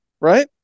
right